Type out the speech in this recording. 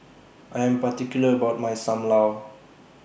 I Am particular about My SAM Lau